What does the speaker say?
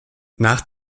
nach